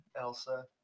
Elsa